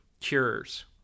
cures